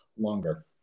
longer